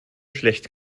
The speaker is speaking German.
schlecht